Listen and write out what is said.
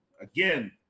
again